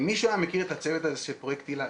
אם מישהו היה מכיר את הצוות הזה של פרויקט היל"ה,